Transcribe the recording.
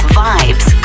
vibes